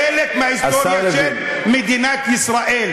חלק מההיסטוריה של מדינת ישראל.